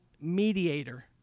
mediator